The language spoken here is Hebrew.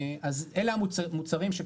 אלה המוצרים,